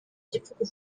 igipfuko